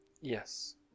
Yes